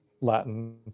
Latin